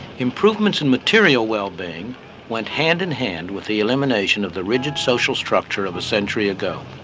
improvements in material well-being went hand-in-hand with the elimination of the rigid social structure of a century ago.